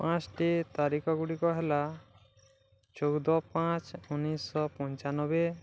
ପାଞ୍ଚଟି ତାରିଖଗୁଡ଼ିକ ହେଲା ଚଉଦ ପାଞ୍ଚ ଉଣେଇଶ ପଞ୍ଚାନବେ